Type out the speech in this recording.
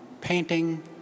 painting